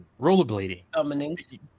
rollerblading